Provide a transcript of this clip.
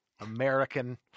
American